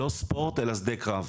לא ספורט אלא שדה קרב.